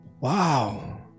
Wow